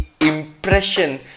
impression